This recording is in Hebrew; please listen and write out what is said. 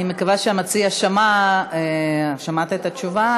אני מקווה שהמציע שמע את התשובה.